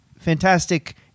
fantastic